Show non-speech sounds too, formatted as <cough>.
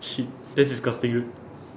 shit that's disgusting <noise>